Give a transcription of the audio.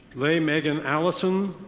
lea megan allison.